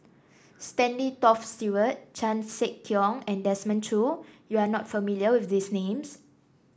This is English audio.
Stanley Toft Stewart Chan Sek Keong and Desmond Choo you are not familiar with these names